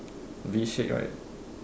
V shape right